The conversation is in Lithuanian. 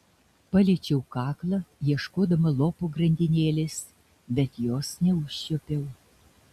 paliečiau kaklą ieškodama lopo grandinėlės bet jos neužčiuopiau